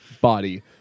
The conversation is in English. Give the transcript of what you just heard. body